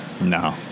No